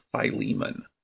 Philemon